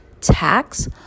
tax